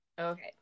Okay